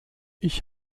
ich